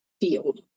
field